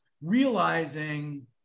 realizing